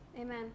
Amen